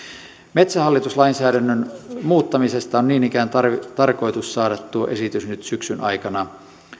metsähallitus lainsäädännön muuttamisesta on niin ikään tarkoitus saada esitys nyt syksyn aikana